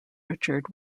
richard